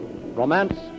Romance